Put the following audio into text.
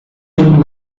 dem